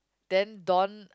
then Don